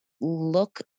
look